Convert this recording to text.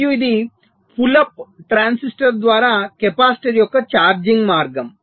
మరియు ఇది pull up transistor ద్వారా కెపాసిటర్ యొక్క ఛార్జింగ్ మార్గం